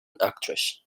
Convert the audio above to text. actress